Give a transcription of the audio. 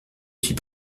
suis